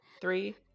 three